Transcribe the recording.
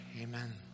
Amen